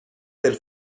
del